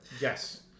Yes